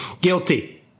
Guilty